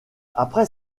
après